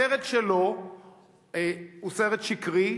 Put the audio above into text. הסרט שלו הוא סרט שקרי,